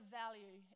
value